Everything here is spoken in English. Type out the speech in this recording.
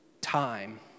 time